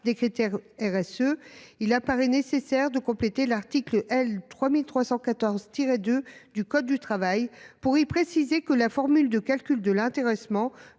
des critères RSE. « Il apparaît nécessaire de compléter l’article L. 3314 2 du code du travail pour y préciser que la formule de calcul de l’intéressement